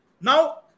Now